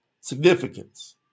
significance